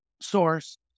source